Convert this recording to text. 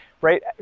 right